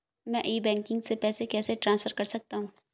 मैं e banking से पैसे कैसे ट्रांसफर कर सकता हूं?